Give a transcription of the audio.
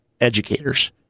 educators